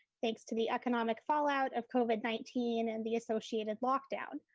thanks to the economic fallout of covid nineteen and the associated lockdown.